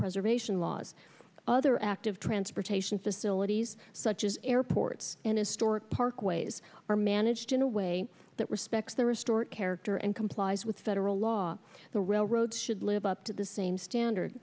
preservation laws other active transportation facilities such as airports and historic parkways are managed in a way that respects the restored character and complies with federal law the railroad should live up to the same standard